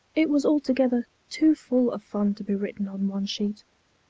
it was altogether too full of fun to be written on one sheet.